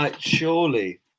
surely